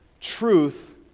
truth